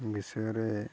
ବିଷୟରେ